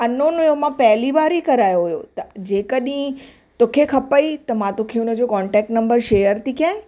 unknown हुओ मां पहली बार ई करायो हुओ त जेकॾहिं तोखे खपई त मां तोखे हुन जो कॉन्टैक्ट नम्बर शेयर थी कयां